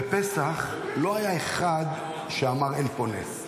בפסח לא היה אחד שאמר אין פה נס.